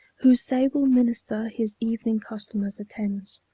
whose sable minister his evening customers attends.